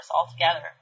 altogether